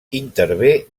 intervé